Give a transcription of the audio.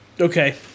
Okay